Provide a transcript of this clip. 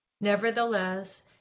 Nevertheless